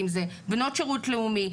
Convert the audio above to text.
אם זה בנות שירות לאומי,